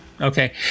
okay